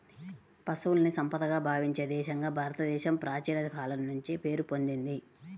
పశువుల్ని సంపదగా భావించే దేశంగా భారతదేశం ప్రాచీన కాలం నుంచే పేరు పొందింది